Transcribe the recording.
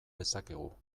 dezakegu